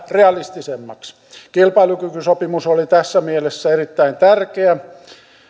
realistisemmaksi kilpailukykysopimus oli tässä mielessä erittäin tärkeä